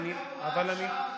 אני שואל אם גם הוראת שעה מצאת,